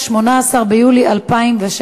18 ביולי 2016,